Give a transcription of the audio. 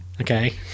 okay